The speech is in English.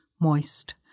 moist